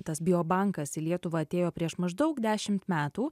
tas biobankas į lietuvą atėjo prieš maždaug dešimt metų